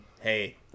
Hey